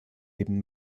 leben